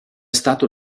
stato